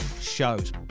shows